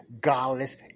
godless